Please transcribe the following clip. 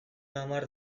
hamar